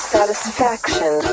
Satisfaction